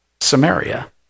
Samaria